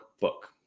book